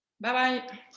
Bye-bye